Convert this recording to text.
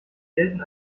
gelten